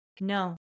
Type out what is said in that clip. no